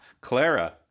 Clara